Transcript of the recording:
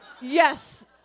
Yes